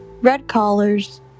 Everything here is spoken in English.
Red-collars